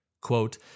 Quote